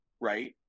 Right